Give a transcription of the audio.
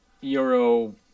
Euro